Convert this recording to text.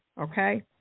okay